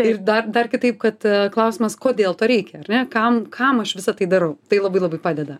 ir dar dar kitaip kad klausimas kodėl to reikia ar ne kam kam aš visa tai darau tai labai labai padeda